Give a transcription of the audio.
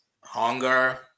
hunger